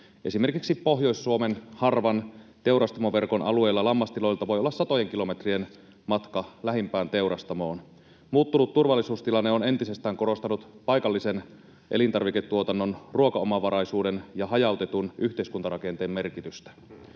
Esimerkiksi Pohjois-Suomen harvan teurastamoverkon alueella lammastiloilta voi olla satojen kilometrien matka lähimpään teurastamoon. Muuttunut turvallisuustilanne on entisestään korostanut paikallisen elintarviketuotannon, ruokaomavaraisuuden ja hajautetun yhteiskuntarakenteen merkitystä.